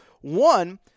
One